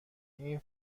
این